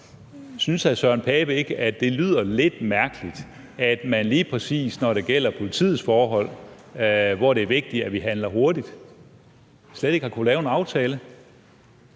Synes hr. Søren Pape Poulsen ikke, at det lyder lidt mærkeligt, at man, lige præcis når det gælder politiets forhold, hvor det er vigtigt, at vi handler hurtigt, slet ikke har kunnet lave en aftale?